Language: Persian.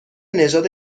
نژاد